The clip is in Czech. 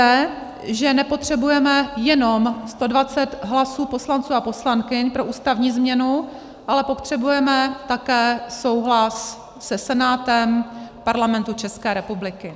Víte, že nepotřebujeme jenom 120 hlasů poslanců a poslankyň pro ústavní změnu, ale potřebujeme také souhlas se Senátem Parlamentu České republiky.